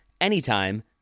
anytime